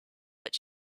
but